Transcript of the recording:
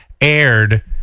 aired